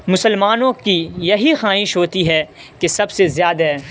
مسلمانوں کی یہی خواہش ہوتی ہے کہ سب سے زیادہ